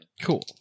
cool